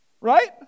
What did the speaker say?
Right